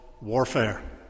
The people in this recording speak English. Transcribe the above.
warfare